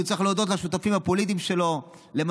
כי הוא צריך להודות לשותפים הפוליטיים שלו על הבחירה שלו,